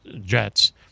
jets